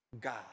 God